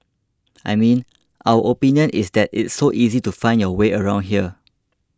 I mean our opinion is that it's so easy to find your way around here